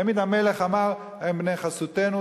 תמיד המלך אמר: הם בני חסותנו,